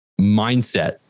mindset